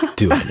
do